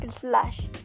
slash